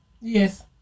Yes